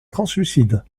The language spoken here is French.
translucide